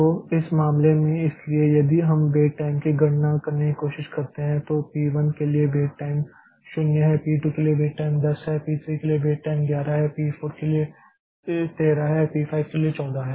तो इस मामले में इसलिए यदि हम वेट टाइम की गणना करने की कोशिश करते हैं तो पी 1 के लिए वेट टाइम 0 है पी 2 के लिए वेट टाइम 10 है पी 3 के लिए वेट टाइम 11 है पी 4 के लिए 13 है पी 5 के लिए 14 है